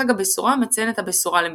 חג הבשורה – מציין את הבשורה למרים.